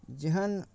जेहन